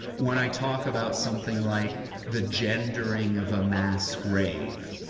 when i talk about something like the gendering of a mass grave,